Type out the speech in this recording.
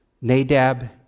Nadab